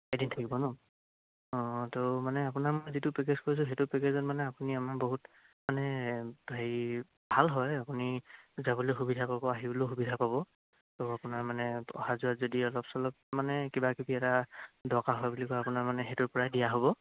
এদিন থাকিব নহ্ অঁ ত' মানে আপোনাৰ মই যিটো পেকেজ কৈছোঁ সেইটো পেকেজত মানে আপুনি আমাৰ বহুত মানে হেৰি ভাল হয় আপুনি যাবলৈ সুবিধা পাব আহিবলৈও সুবিধা পাব ত' আপোনাৰ মানে অহা যোৱাত যদি অলপ চলপ মানে কিবা কিবি এটা দৰকা হয় বুলি কয় আপোনাৰ মানে সেইটোৰ পৰাই দিয়া হ'ব